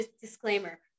disclaimer